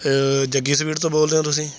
Jaggi sweet ਤੋਂ ਬੋਲਦੇ ਹੋ ਤੁਸੀਂ